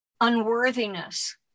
unworthiness